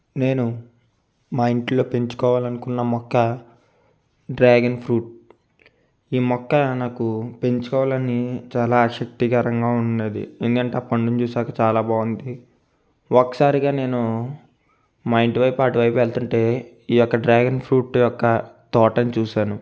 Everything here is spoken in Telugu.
నేను మా ఇంట్లో పెంచుకోవాలనుకున్న మొక్క డ్రాగన్ ఫ్రూట్ ఈ మొక్క నాకు పెంచుకోవాలని చాలా ఆసక్తికరంగా ఉన్నది ఎందుకంటే ఆ పండును చూసాక చాలా బాగుంది ఒకసారిగా నేను మా ఇంటి వైపు అటువైపు వెళుతుంటే ఈ యొక్క డ్రాగన్ ఫ్రూట్ యొక్క తోటను చూశాను